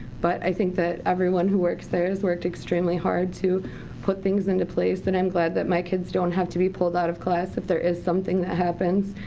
but i think that everyone who works there, has worked extremely hard to put things into place. and i'm glad that my kids don't have to be pulled out of class if there is something that happens.